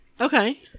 Okay